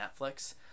Netflix